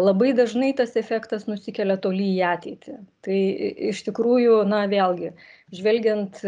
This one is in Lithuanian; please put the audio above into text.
labai dažnai tas efektas nusikelia toli į ateitį tai i iš tikrųjų na vėlgi žvelgiant